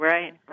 Right